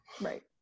right